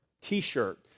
T-shirt